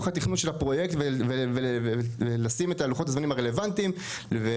התכנון של הפרויקט ולשים את לוחות הזמנים הרלוונטיים וכולי.